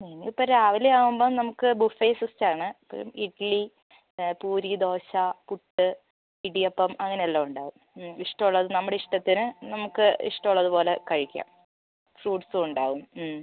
ഇനിയിപ്പം രാവിലെ ആവുമ്പം നമുക്ക് ബുഫെ സിസ്റ്റം ആണ് അപ്പം ഇഡ്ഡ്ലി പൂരി ദോശ പുട്ട് ഇടിയപ്പം അങ്ങനെ എല്ലാം ഉണ്ടാവും മ് ഇഷ്ടം ഉള്ളത് നമ്മുടെ ഇഷ്ടത്തിന് നമുക്ക് ഇഷ്ടം ഉള്ളതുപോലെ കഴിക്കാം ഫ്രൂട്ട്സും ഉണ്ടാവും മ്